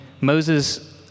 Moses